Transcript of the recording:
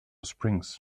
springs